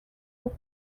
jour